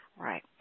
right